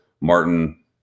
Martin